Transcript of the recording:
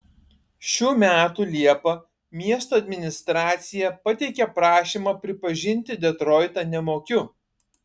šių metų liepą miesto administracija pateikė prašymą pripažinti detroitą nemokiu